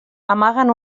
amaguen